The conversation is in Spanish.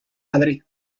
madrid